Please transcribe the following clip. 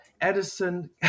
Edison